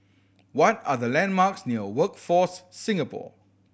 what are the landmarks near Workforce Singapore